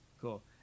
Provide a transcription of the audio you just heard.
Cool